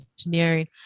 engineering